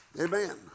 Amen